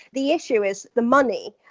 the issue is the money.